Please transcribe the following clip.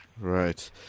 Right